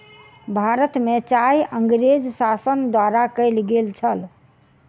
भारत में चाय अँगरेज़ शासन द्वारा कयल गेल छल